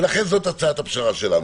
ולכן זאת הצעת הפשרה שלנו.